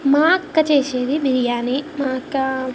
మా అక్క చేసేది బిర్యానీ మా అక్కా